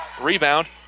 Rebound